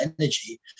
energy